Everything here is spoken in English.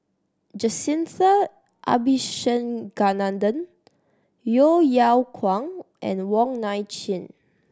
Jacintha Abisheganaden Yeo Yeow Kwang and Wong Nai Chin